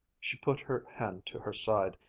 she put her hand to her side,